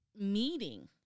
meeting